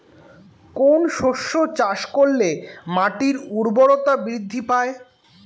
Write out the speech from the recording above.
কোন শস্য চাষ করলে মাটির উর্বরতা বৃদ্ধি পায়?